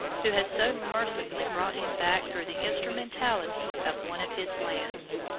who has so mercifully brought him back through the instrumentality of one of his lambs.